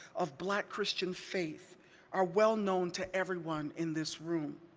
of black christian faith are well known to everyone in this room.